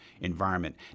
environment